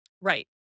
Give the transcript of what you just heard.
Right